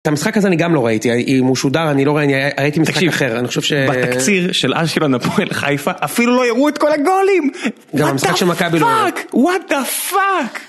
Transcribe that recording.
את המשחק הזה אני גם לא ראיתי, הוא משודר, אני לא, אני ראיתי משחק אחר, אני חושב ש... בתקציר של אשקלון, הפועל חיפה, אפילו לא הראו את כל הגולים! גם המשחק של מכבי לא... וואטה פאק! וואטה פאק!